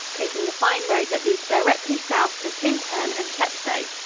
taking the fine road that leads directly south to tintern and chepstow.